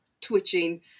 twitching